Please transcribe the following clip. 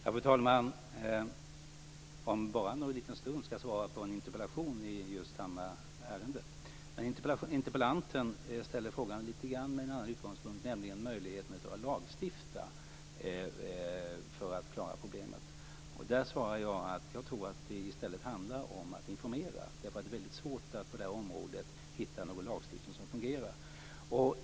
Fru talman! Om en liten stund ska jag svara på en interpellation i samma ärende. Men interpellanten ställer frågan med en lite annan utgångspunkt, nämligen möjligheten att lagstifta för att klara problemet. Där svarar jag att jag tror att det i stället handlar om att informera. Det är väldigt svårt att hitta någon lagstiftning som fungerar på det här området.